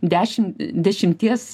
dešim dešimties